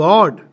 God